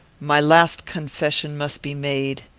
my last confession must be made.